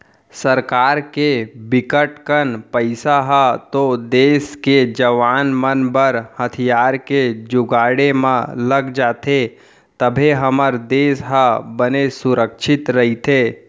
सरकार के बिकट कन पइसा ह तो देस के जवाना मन बर हथियार के जुगाड़े म लग जाथे तभे हमर देस ह बने सुरक्छित रहिथे